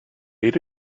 ate